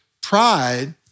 pride